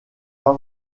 pas